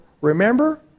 remember